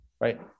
right